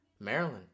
Maryland